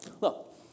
Look